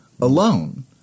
alone